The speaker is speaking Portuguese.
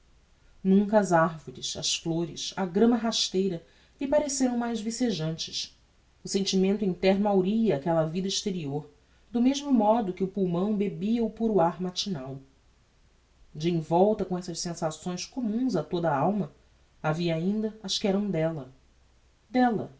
nunca as arvores as flores a gramma rasteira lhe pareceram mais vecejantes o sentimento interno hauria aquella vida exterior do mesmo modo que o pulmão bebia o puro ar matinal de envolta com essas sensações communs a toda a alma havia ainda as que eram della della